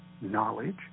knowledge